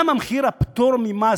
גם במחיר הדירה הפטור ממס,